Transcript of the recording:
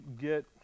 get